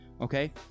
Okay